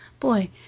Boy